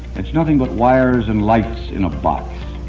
it's nothing but wires and lights in a box.